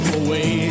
away